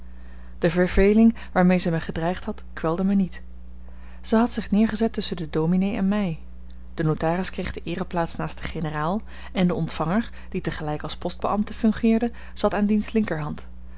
de verveling waarmee zij mij gedreigd had kwelde mij niet zij had zich neergezet tusschen den dominé en mij de notaris kreeg de eereplaats naast den generaal en de ontvanger die tegelijk als postbeambte fungeerde zat aan diens linkerhand